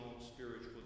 spiritual